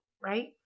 Right